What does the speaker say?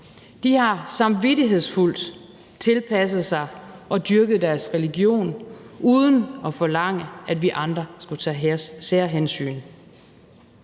De har samvittighedsfuldt tilpasset sig og dyrket deres religion uden at forlange, at vi andre skulle tage særhensyn.